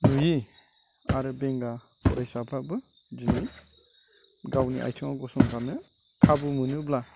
नुयै आरो बेंगा फरायसाफ्राबो दिनै गावनि आथिङाव गसंथानो खाबु मोनोब्ला